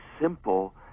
simple